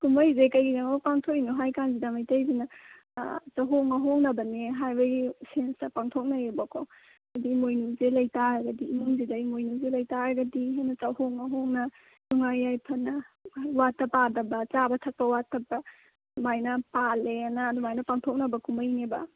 ꯀꯨꯝꯍꯩꯁꯦ ꯀꯩꯒꯤꯗꯃꯛ ꯄꯥꯡꯊꯣꯛꯏꯅꯣ ꯍꯥꯏ ꯀꯥꯟꯁꯤꯗ ꯃꯩꯇꯩꯁꯤꯡꯅ ꯆꯥꯍꯣꯡ ꯉꯥꯍꯣꯡꯅꯕꯅꯦ ꯍꯥꯏꯕꯒꯤ ꯁꯦꯟꯁꯇ ꯄꯥꯡꯊꯣꯛꯅꯩꯌꯦꯕꯀꯣ ꯑꯗꯣ ꯏꯃꯣꯏꯅꯨꯁꯦ ꯂꯩ ꯇꯥꯔꯒꯗꯤ ꯏꯃꯨꯡꯁꯤꯗ ꯏꯃꯣꯏꯅꯨꯁꯦ ꯂꯩ ꯇꯥꯔꯒꯗꯤ ꯍꯦꯟꯅ ꯆꯥꯍꯣꯡ ꯉꯥꯍꯣꯡꯅ ꯅꯨꯡꯉꯥꯏ ꯌꯥꯏꯐꯅ ꯋꯥꯠꯇ ꯄꯥꯗꯕ ꯆꯥꯕ ꯊꯛꯄ ꯋꯥꯠꯇꯕ ꯑꯗꯨꯃꯥꯏꯅ ꯄꯥꯜꯂꯦꯅ ꯑꯗꯨꯃꯥꯏꯅ ꯄꯥꯡꯊꯣꯛꯅꯕ ꯀꯨꯝꯍꯩꯅꯦꯕ